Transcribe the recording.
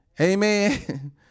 Amen